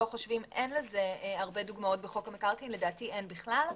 אין לזה הרבה דוגמאות בחוק המקרקעין לדעתי אין בכלל.